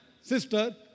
sister